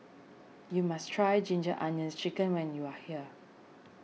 you must try Ginger Onions Chicken when you are here